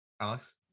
Alex